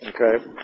okay